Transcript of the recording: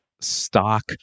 stock